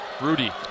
Rudy